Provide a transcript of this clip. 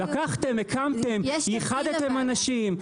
לקחתם, הקמתם, ייחדתם אנשים,